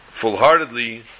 fullheartedly